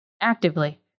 actively